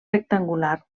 rectangular